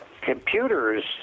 Computers